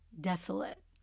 desolate